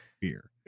beer